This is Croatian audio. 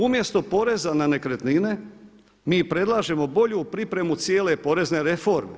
Umjesto poreza na nekretnine mi predlažemo bolju pripremu cijele porezne reforme.